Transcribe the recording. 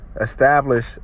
Establish